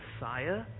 Messiah